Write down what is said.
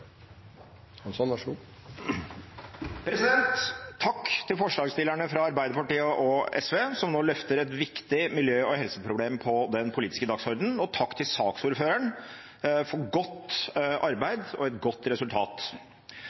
nå løfter et viktig miljø- og helseproblem på den politiske dagsordenen, og takk til saksordføreren for godt arbeid og et godt resultat.